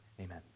amen